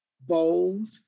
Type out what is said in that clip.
bold